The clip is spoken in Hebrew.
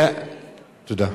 תודה.